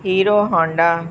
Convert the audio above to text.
Hero Honda